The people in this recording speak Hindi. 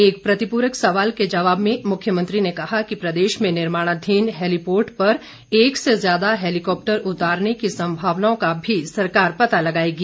एक प्रतिपूरक सवाल के जवाब में मुख्यमंत्री ने कहा कि प्रदेश में निर्माणाधीन हैलीपोर्ट पर एक से ज्यादा हैलीकॉप्टर उतारने की संभावनाओं का भी सरकार पता लगाएगी